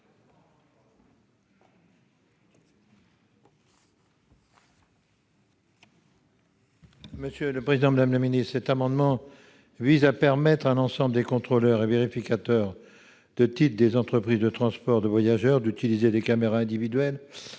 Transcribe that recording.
: La parole est à M. Alain Fouché. Cet amendement vise à permettre à l'ensemble des contrôleurs et vérificateurs de titres des entreprises de transport de voyageurs d'utiliser des caméras individuelles